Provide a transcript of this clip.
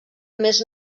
més